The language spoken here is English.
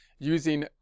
using